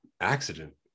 accident